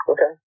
Okay